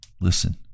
Listen